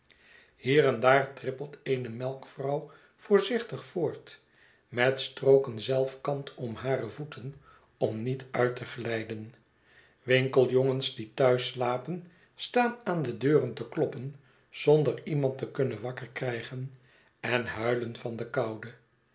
hier en daar trippelt eene melkvrouw voorzichtig voort met strooken zelfkant om hare voeten om niet uit te glijden winkeljongens die thuis slapen staan aan de deuren te kloppen zonder iemand te kunnen wakker krijgen en huilen van de koude